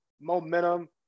momentum